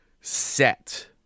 set